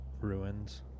ruins